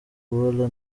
gaulle